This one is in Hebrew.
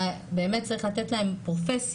באמת צריך לתת להם פרופסיה,